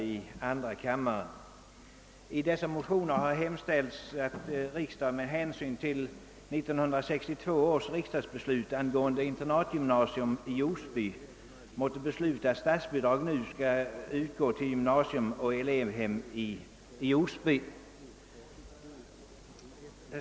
I dessa motioner har hemställts att riksdagen med hänsyn till 1962 års riksdagsbeslut angående internatgymnasium i Osby måtte besluta att statsbidrag nu skall utgå till gymnasium och elevhem i Osby.